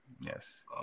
yes